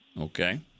Okay